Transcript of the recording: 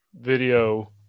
video